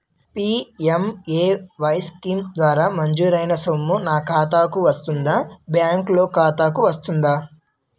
PMAY scheme ద్వారా మంజూరైన సొమ్ము నా ఖాతా కు వస్తుందాబ్యాంకు లోన్ ఖాతాకు వస్తుందా?